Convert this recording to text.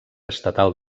estatal